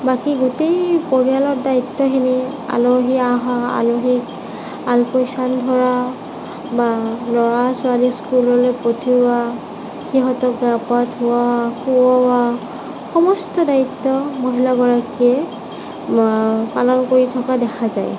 বাকী গোটেই পৰিয়ালৰ দ্বায়িত্বখিনি আলহী অহা আলহীক আল পৈচান ধৰা বা ল'ৰা ছোৱালীক স্কুললৈ পঠিওৱা সমস্ত দ্বায়িত্ব মহিলাগৰাকীয়ে পালন কৰি থকা দেখা যায়